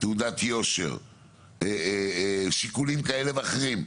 תעודת יושר, שיקולים כאלה ואחרים.